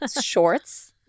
shorts